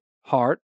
heart